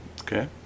Okay